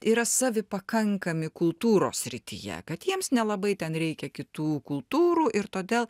yra savipakankami kultūros srityje kad jiems nelabai ten reikia kitų kultūrų ir todėl